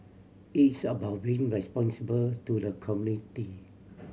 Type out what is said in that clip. it's about being responsible to the community